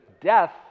death